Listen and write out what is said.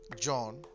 john